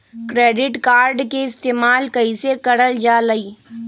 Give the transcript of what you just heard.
Credit card के इस्तेमाल कईसे करल जा लई?